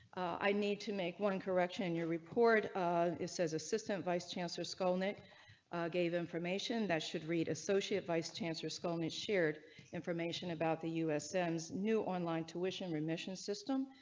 i need to make one correction in your report um says assistant vice chancellor skulnik gave information that should read associate vice chancellor skulnick shared information about the u, s, m's new online tuition remission system.